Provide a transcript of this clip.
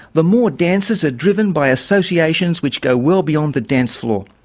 the more dancers are driven by associations which go well beyond the dance floor,